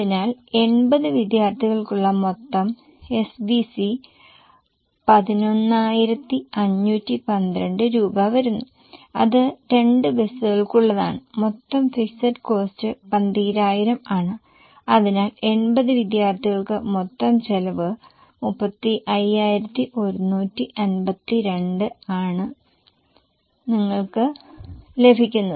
അതിനാൽ 80 വിദ്യാർത്ഥികൾക്കുള്ള മൊത്തം SVC 11512 രൂപ വരുന്നു അത് 2 ബസുകൾക്കുള്ളതാണ് മൊത്തം ഫിക്സഡ് കോസ്ററ് 12000 ആണ് അതിനാൽ 80 വിദ്യാർത്ഥികൾക്ക് മൊത്തം ചെലവ് 35152 ആണ് നിങ്ങൾക്ക് ലഭിക്കുന്നത്